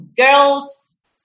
girls